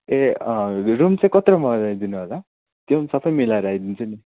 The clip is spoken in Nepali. ए अँ रुम चाहिँ कत्रो मिलाइदिनु होला त्यो पनि सबै मिलाएर आइदिन्छु नि